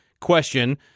question